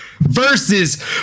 versus